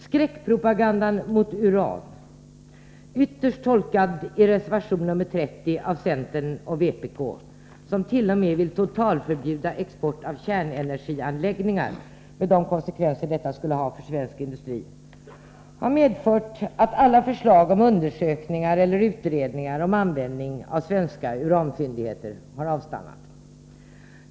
Skräckpropagandan mot uran — ytterst tolkad i reservation nr 30 från centern och vpk som t.o.m. vill totalförbjuda export av kärnenergianläggningar, med de konsekvenser detta skulle få för svensk industri — har medfört att allt arbete med förslag om undersökningar eller utredningar beträffande användning av svenska uranfyndigheter avstannat.